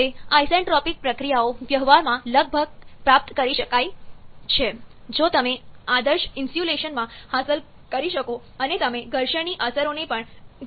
હવે આઇસેન્ટ્રોપિક પ્રક્રિયાઓ વ્યવહારમાં લગભગ પ્રાપ્ત કરી શકાય છે જો તમે આદર્શ ઇન્સ્યુલેશનમાં હાંસલ કરી શકો અને તમે ઘર્ષણની અસરોને પણ ઘટાડી શકો